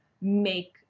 make